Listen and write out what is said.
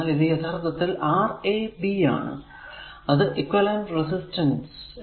എന്തെന്നാൽ ഇത് യഥാർത്ഥത്തിൽ Rab ആണ് അത് ഇക്വിവലെന്റ് റെസിസ്റ്റൻസ്